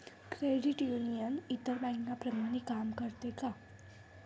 Credit union इतर बँकांप्रमाणे काम करते का?